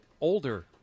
older